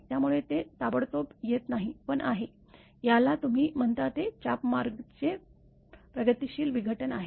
त्यामुळे ते ताबडतोब येत नाही पण आहे ज्याला तुम्ही म्हणता ते चाप मार्गाचे प्रगतिशील विघटन आहे